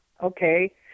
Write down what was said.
Okay